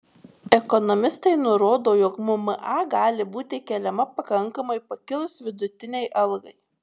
ekonomistai nurodo jog mma gali būti keliama pakankamai pakilus vidutinei algai